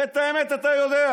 הרי את האמת אתה יודע.